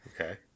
Okay